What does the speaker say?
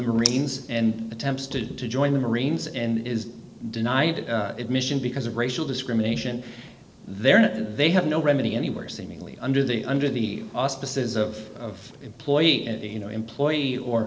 marines and attempts to join the marines and is denied admission because of racial discrimination there and they have no remedy anywhere seemingly under the under the auspices of employee and you know employee or